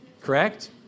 Correct